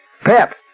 Pep